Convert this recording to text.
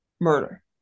murder